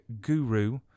guru